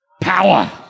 Power